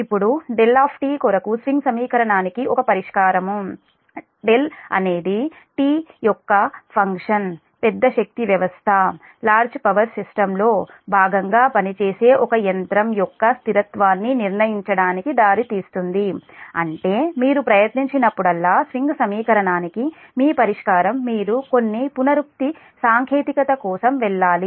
ఇప్పుడు δ కొరకు స్వింగ్ సమీకరణానికి ఒక పరిష్కారం δ అనేది t యొక్క ఫంక్షన్ పెద్ద శక్తి వ్యవస్థ లో భాగంగా పనిచేసే ఒక యంత్రం యొక్క స్థిరత్వాన్ని నిర్ణయించడానికి దారితీస్తుంది అంటే మీరు ప్రయత్నించి నప్పుడల్లా స్వింగ్ సమీకరణానికి మీ పరిష్కారం మీరు కొన్ని పునరుక్తి సాంకేతికత కోసం వెళ్ళాలి